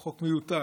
הוא חוק מיותר.